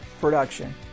production